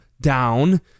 down